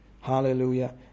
hallelujah